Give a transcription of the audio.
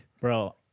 Bro